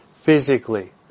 physically